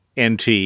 NT